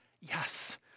Yes